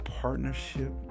partnership